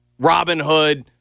Robinhood